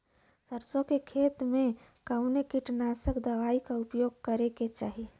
सरसों के खेत में कवने कीटनाशक दवाई क उपयोग करे के चाही?